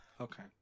Okay